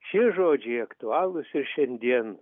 šie žodžiai aktualūs ir šiandien